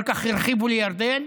אחר כך הרחיבו לירדן,